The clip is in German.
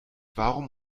warum